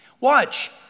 Watch